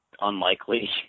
unlikely